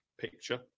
picture